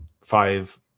five